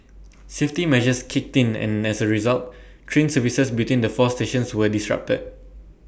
safety measures kicked in and as A result train services between the four stations were disrupted